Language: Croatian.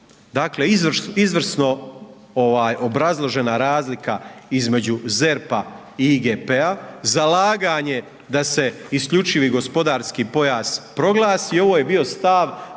Dakle, izvrsno obrazložena razlika između ZERP-a i IGP-a, zalaganje da se isključivi gospodarski pojas proglasi, ovo je bio stav